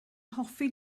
hoffi